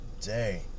day